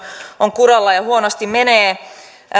on kuralla ja huonosti menee